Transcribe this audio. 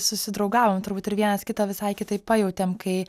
susidraugavom turbūt ir vienas kitą visai kitaip pajautėm kai